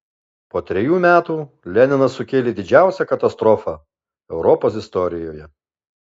po trejų metų leninas sukėlė didžiausią katastrofą europos istorijoje